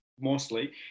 mostly